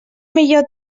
millor